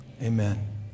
amen